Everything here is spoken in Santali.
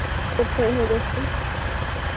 ᱥᱚᱵᱽ ᱠᱷᱚᱱ ᱦᱚᱸ ᱡᱟᱹᱥᱛᱤ